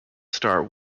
star